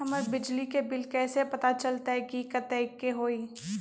हमर बिजली के बिल कैसे पता चलतै की कतेइक के होई?